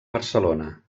barcelona